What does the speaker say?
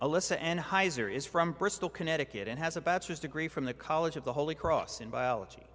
is from bristol connecticut and has a bachelor's degree from the college of the holy cross in biology